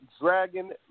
Dragon